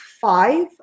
five